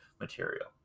material